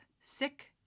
sick